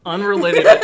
Unrelated